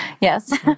yes